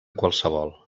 qualsevol